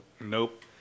Nope